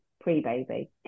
pre-baby